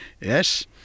Yes